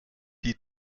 die